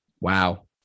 wow